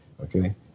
Okay